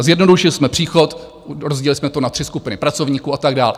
Zjednodušili jsme příchod, rozdělili jsme to na tři skupiny pracovníků a tak dál.